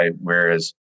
whereas